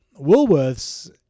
Woolworths